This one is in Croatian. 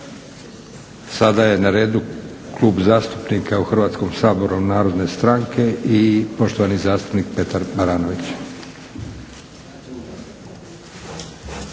Sada je na redu Klub zastupnika u Hrvatskom saboru Narodne stranke i poštovani zastupnik Petar Baranović.